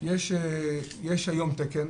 יש היום תקן